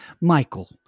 Michael